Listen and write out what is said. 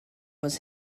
was